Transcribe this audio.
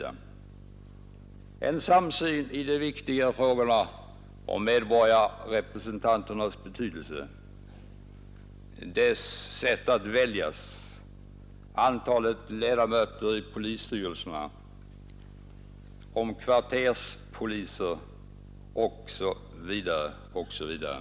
Denna samsyn kommer till synes i de viktiga frågorna om medborgarrepresentanternas betydelse, sättet de skall väljas på, antalet ledamöter i polisstyrelserna, kvarterspoliserna, osv., osv.